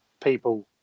people